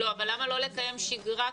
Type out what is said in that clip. אבל למה לא לקיים שגרה כזו,